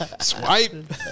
swipe